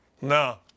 No